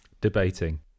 debating